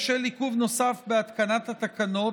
בשל עיכוב נוסף בהתקנת התקנות,